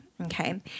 Okay